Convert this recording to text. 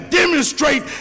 demonstrate